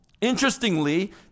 Interestingly